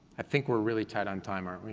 i think we're really tight on time, aren't we?